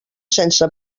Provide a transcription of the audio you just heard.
sense